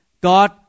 God